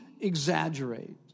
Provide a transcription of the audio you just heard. exaggerate